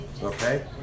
Okay